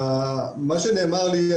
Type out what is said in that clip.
מה שנאמר לי,